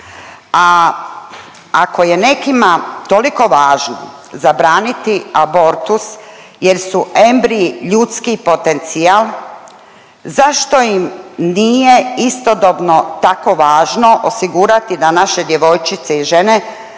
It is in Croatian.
A ako je nekima toliko važno zabraniti abortus jer su embriji ljudski potencijal zašto im nije istodobno tako važno osigurati da naše djevojčice i žene